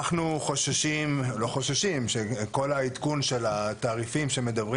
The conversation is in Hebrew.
אנחנו חוששים שעדכון התעריפים שמדברים